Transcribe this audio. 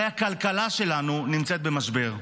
הרי הכלכלה שלנו נמצאת במשבר.